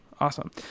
awesome